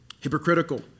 hypocritical